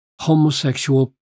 homosexual